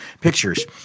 pictures